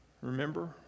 Remember